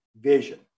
vision